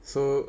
so